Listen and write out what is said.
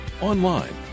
online